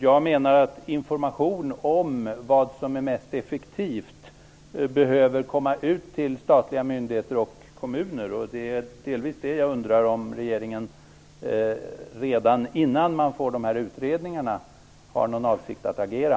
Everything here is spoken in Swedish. Jag menar att information om vad som är mest effektivt behöver komma ut till statliga myndigheter och kommuner. Det är delvis det jag undrar om: Har regeringen för avsikt att agera redan innan man får de här utredningarna?